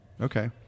Okay